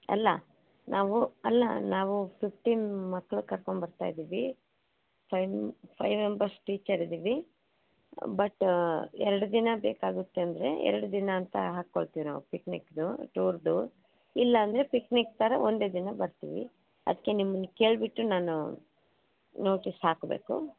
ಅಲ್ಲ ನಾವು ಅಲ್ಲ ನಾವು ಫಿಫ್ಟೀನ್ ಮಕ್ಳು ಕರ್ಕೊಂಡು ಬರ್ತಾ ಇದ್ದೀವಿ ಫೈವ್ ಫೈವ್ ಮೆಂಬರ್ಸ್ ಟೀಚರ್ ಇದ್ದೀವಿ ಬಟ್ ಎರಡು ದಿನ ಬೇಕಾಗುತ್ತೆ ಅಂದರೆ ಎರಡು ದಿನ ಅಂತ ಹಾಕೊಳ್ತೀವಿ ನಾವು ಪಿಕ್ನಿಕ್ದು ಟೂರ್ದು ಇಲ್ಲಾಂದರೆ ಪಿಕ್ನಿಕ್ ಥರ ಒಂದೇ ದಿನ ಬರ್ತೀವಿ ಅದಕ್ಕೆ ನಿಮ್ಮನ್ನು ಕೇಳಿಬಿಟ್ಟು ನಾನು ನೋಟೀಸ್ ಹಾಕಬೇಕು